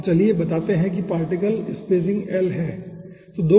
तो चलिए बताते हैं कि पार्टिकल स्पेसिंग L है ठीक है